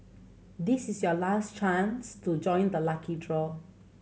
this is your last chance to join the lucky draw